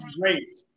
great